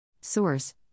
Source